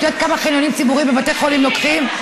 את יודעת כמה חניונים ציבוריים בבתי חולים לוקחים?